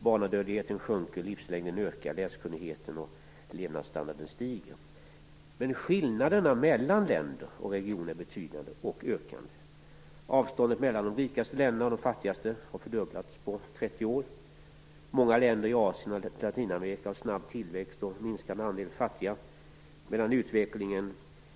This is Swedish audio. Barnadödligheten minskar, livslängden ökar, läskunnigheten och levnadsstandarden stiger. Men skillnaderna mellan länder och regioner är betydande, och de ökar. Avståndet mellan de rikaste länderna och de fattigaste har fördubblats på 30 år. Många länder i Asien och Latinamerika har snabb tillväxt och en minskad andel fattiga medan utvecklingen